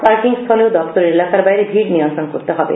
parking স্হান ও দপ্তরের এলাকার বাইরে ভীড় নিয়ন্ত্রণ করতে হবে